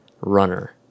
runner